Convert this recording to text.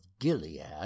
Gilead